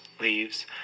leaves